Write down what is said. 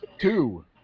Two